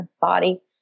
body